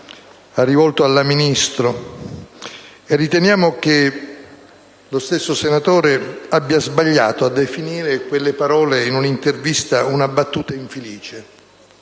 riteniamo che lo stesso senatore abbia sbagliato a definire quelle parole in un'intervista una "battuta infelice",